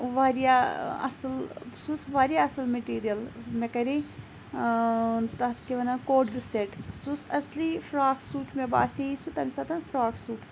واریاہ اَصل سُہ اوس واریاہ اَصل میٹیٖریل مےٚ کَرے تَتھ کیاہ وَنان کوڑر سیٚت سُہ اوس اَصلی فراک سوٗٹ مےٚ باسیے سُہ تمہِ ساتہٕ فراک سوٗٹ